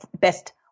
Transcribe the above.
best